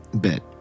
bit